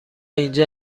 اینجا